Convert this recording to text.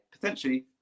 potentially